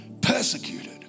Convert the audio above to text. persecuted